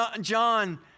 John